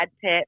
Pitt